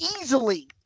easily